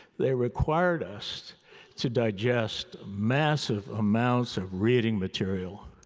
they required us to digest massive amounts of reading material.